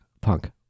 Punk